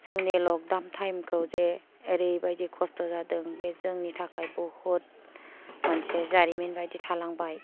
जोंनि lockdown time खौ जे ओरै बायदि खस्थ' जादों जों बे जोंनि थाखाय बुहुत मोनसे जारिमिन बायदि थालांबाय